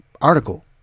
article